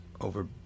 over